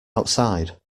outside